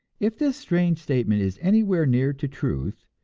if this strange statement is anywhere near to truth,